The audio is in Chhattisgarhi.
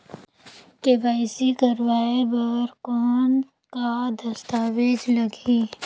के.वाई.सी कराय बर कौन का दस्तावेज लगही?